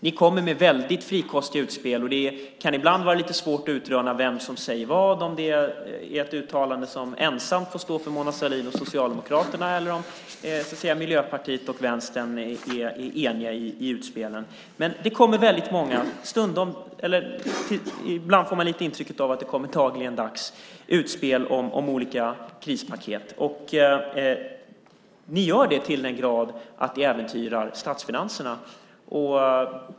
Ni kommer med väldigt frikostiga utspel, och det kan ibland vara lite svårt att utröna vem som säger vad, om det är ett uttalande som får stå för bara Mona Sahlin och Socialdemokraterna, eller om Miljöpartiet och Vänstern är eniga i utspelen. Men det kommer väldigt många. Ibland får man lite grann intrycket att det dagligdags kommer utspel om olika krispaket. Ni gör det till den grad att ni äventyrar statsfinanserna.